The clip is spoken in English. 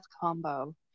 combo